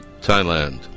Thailand